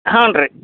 ಹ್ಞೂ ರೀ